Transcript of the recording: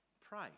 Pray